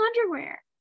underwear